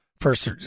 first